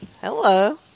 Hello